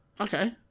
Okay